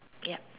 yup